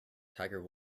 tiger